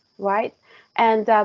right and